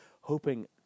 hoping